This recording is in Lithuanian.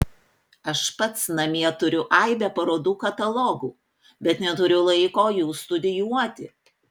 aš pats namie turiu aibę parodų katalogų bet neturiu laiko jų studijuoti